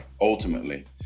ultimately